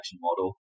model